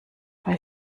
bei